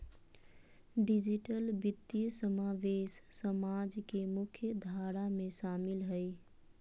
digital वित्तीय समावेश समाज के मुख्य धारा में शामिल हइ